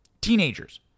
Teenagers